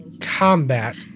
combat